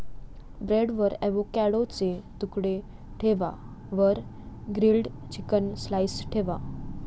ब्रेडवर एवोकॅडोचे तुकडे ठेवा वर ग्रील्ड चिकन स्लाइस ठेवा